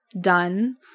done